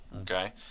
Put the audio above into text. Okay